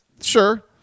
Sure